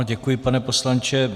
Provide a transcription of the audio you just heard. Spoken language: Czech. Děkuji, pane poslanče.